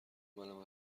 منم